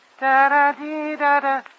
Da-da-dee-da-da